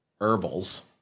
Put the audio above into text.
Herbals